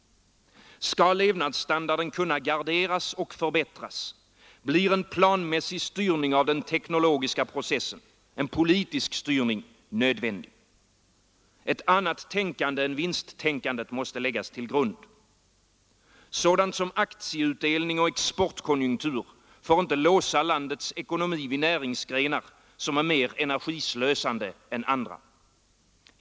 Skall levnadsstandarden kunna garderas och förbättras blir en planmässig styrning av den teknologiska processen, en politisk styrning, nödvändig. Ett annat tänkande än vinsttänkandet måste ligga till grund. Sådant som aktieutdelning och exportkonjunktur får inte låsa landets ekonomi vid näringsgrenar som är mer energislösande än andra.